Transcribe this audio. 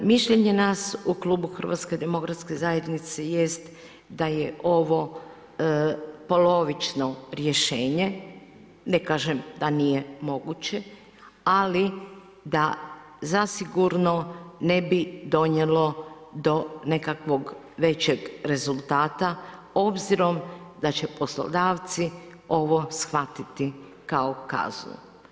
Mišljenje nas u klubu Hrvatske demokratske zajednice jest da je ovo polovično rješenje, ne kažem da nije moguće, ali da zasigurno ne bi donijelo do nekakvog većeg rezultata, obzirom da će poslodavci ovo shvatiti kao kaznu.